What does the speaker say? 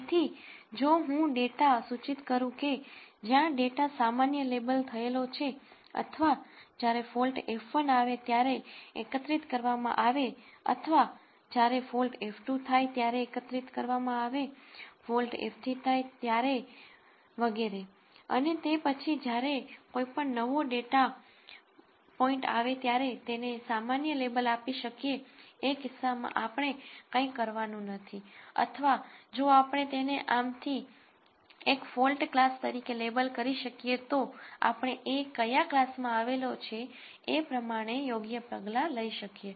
તેથી જો હું ડેટા સૂચિત કરું કે જ્યાં ડેટા સામાન્ય લેબલ થયેલો છે અથવા જ્યારે ફોલ્ટ F1 આવે ત્યારે એકત્રિત કરવામાં આવે અથવા જ્યારે ફોલ્ટ F2 થાય ત્યારે એકત્રિત કરવામાં આવે ફોલ્ટ F3 થાય ત્યારે વગેરે અને તે પછી જ્યારે પણ કોઈ નવો ડેટા પોઇન્ટ આવે ત્યારે તેને સામાન્ય લેબલ આપી શકીએ એ કિસ્સામાં આપણે કંઇ કરવાનું નથી અથવા જો આપણે તેને આમ થી એક ફોલ્ટ ક્લાસ તરીકે લેબલ કરી શકીએ તો આપણે એ ક્યાં ક્લાસ માં આવેલો છે એ પ્રમાણે યોગ્ય પગલાં લઇ શકીએ